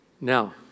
Now